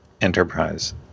enterprise